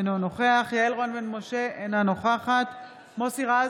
אינו נוכח יעל רון בן משה, אינה נוכחת מוסי רז,